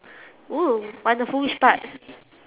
oo wonderful which part